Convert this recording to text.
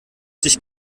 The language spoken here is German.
sich